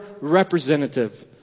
representative